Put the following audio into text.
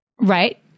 Right